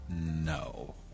No